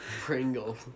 Pringle